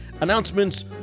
announcements